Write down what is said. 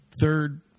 third